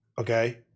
Okay